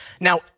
Now